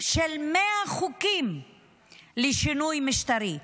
של 100 חוקים לשינוי משטרי.